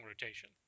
rotation